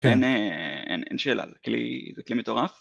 אין שאלה, זה כלי מטורף